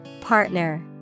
Partner